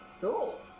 Cool